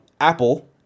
Apple